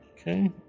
Okay